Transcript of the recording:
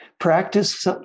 practice